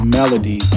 melody